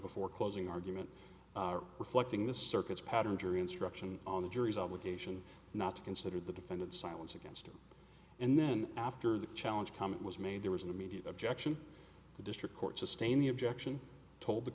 before closing argument reflecting the circuit's pattern jury instruction on the jury's obligation not to consider the defendant's silence against him and then after the challenge comment was made there was an immediate objection the district court sustain the objection told the